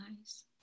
eyes